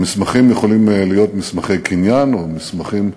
המסמכים יכולים להיות מסמכי קניין או מסמכים,